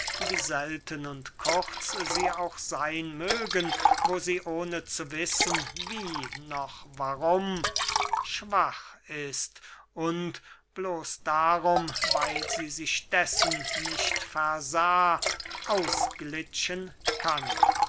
selten und kurz sie auch seyn mögen wo sie ohne zu wissen wie noch warum schwach ist und bloß darum weil sie sich dessen nicht versah ausglitschen kann